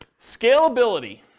Scalability